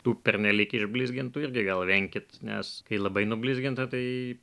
tų pernelyg išblizgintų irgi gal venkit nes kai labai nublizginta tai